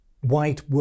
white